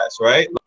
right